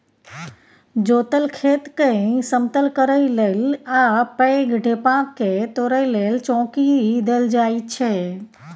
जोतल खेतकेँ समतल करय लेल आ पैघ ढेपाकेँ तोरय लेल चौंकी देल जाइ छै